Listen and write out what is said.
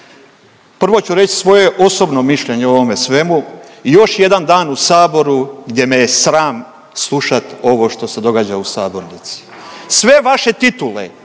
Prvo ću reć svoje osobno mišljenje o ovome svemu. Još jedan dan u saboru gdje me je sram slušat ovo što se događa u sabornici. Sve vaše titule